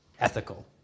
ethical